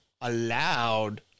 allowed